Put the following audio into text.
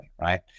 right